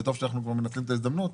וטוב שאנחנו כבר מנצלים את ההזדמנות.